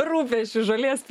rūpesčius žolės